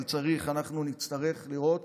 אבל אנחנו נצטרך לראות